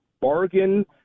bargain